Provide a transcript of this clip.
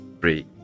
three